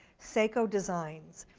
sseko designs.